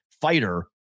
fighter